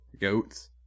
goats